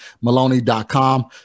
maloney.com